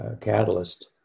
catalyst